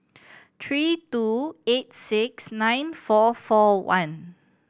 three two eight six nine four four one